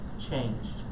changed